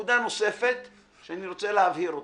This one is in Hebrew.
נקודה נוספת שאני רוצה להבהיר אותה,